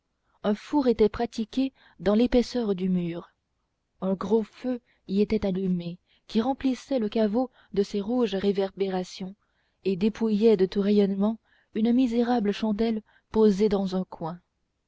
un four était pratiqué dans l'épaisseur du mur un gros feu y était allumé qui remplissait le caveau de ses rouges réverbérations et dépouillait de tout rayonnement une misérable chandelle posée dans un coin